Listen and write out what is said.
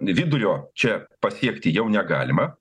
vidurio čia pasiekti jau negalima